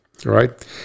Right